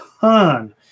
ton